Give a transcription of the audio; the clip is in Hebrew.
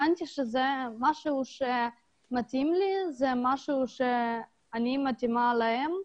הבנתי שזה משהו שמתאים לי וזה משהו שאני מתאימה לו.